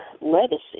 legacy